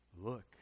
look